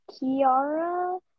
Kiara